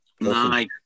nice